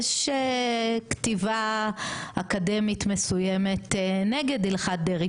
יש כתיבה אקדמית מסוימת נגד הלכת דרעי